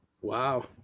Wow